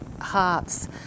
hearts